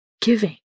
giving